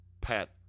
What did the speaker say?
Pat